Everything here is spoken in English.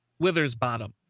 Withersbottom